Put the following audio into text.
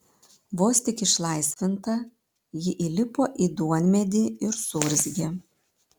vos tik išlaisvinta ji įlipo į duonmedį ir suurzgė